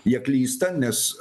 jie klysta nes